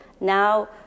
now